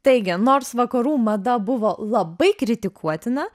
taigi nors vakarų mada buvo labai kritikuotina